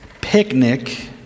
picnic